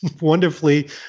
wonderfully